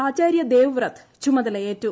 ആചാര്യ Devvrat ചുമതലയേറ്റു